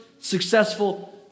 successful